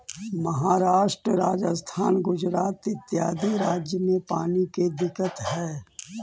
महाराष्ट्र, राजस्थान, गुजरात इत्यादि राज्य में पानी के दिक्कत हई